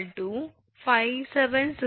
3 5764